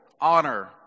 honor